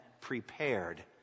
prepared